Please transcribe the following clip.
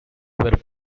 were